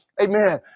Amen